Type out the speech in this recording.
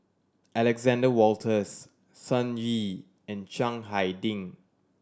Alexander Wolters Sun Yee and Chiang Hai Ding